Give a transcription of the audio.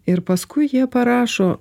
ir paskui jie parašo